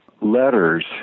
letters